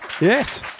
Yes